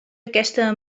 aquesta